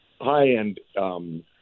high-end